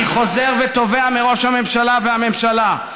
אני חוזר ותובע מראש הממשלה והממשלה: